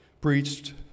preached